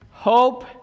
Hope